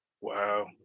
Wow